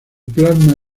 plasma